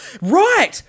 Right